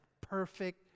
perfect